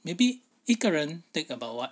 maybe 一个人 take about what